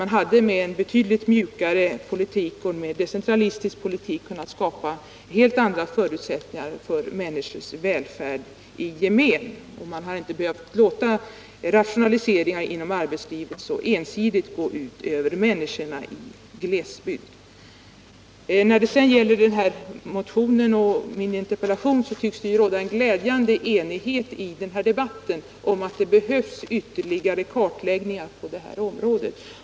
Man hade med en betydligt mjukare och mer decentralistisk politik kunnat skapa helt andra förutsättningar för människors välfärd i gemen och inte behövt låta rationaliseringar inom arbetslivet så ensidigt gå ut över människor i glesbygd. När det sedan gäller den här motionen och min interpellation så tycks det råda en glädjande enighet i debatten om att det behövs ytterligare kartläggningar på det här området.